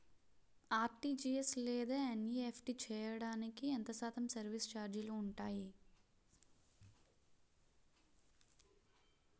RTGS లేదా NEFT చేయడానికి ఎంత శాతం సర్విస్ ఛార్జీలు ఉంటాయి?